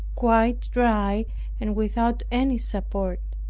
quite dry and without any support.